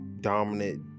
dominant